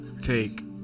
Take